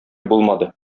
булмады